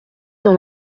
dans